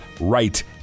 right